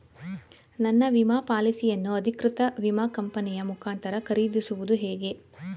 ನನ್ನ ವಿಮಾ ಪಾಲಿಸಿಯನ್ನು ಅಧಿಕೃತ ವಿಮಾ ಕಂಪನಿಯ ಮುಖಾಂತರ ಖರೀದಿಸುವುದು ಹೇಗೆ?